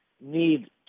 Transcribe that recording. need